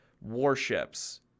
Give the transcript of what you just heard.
warships